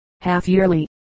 half-yearly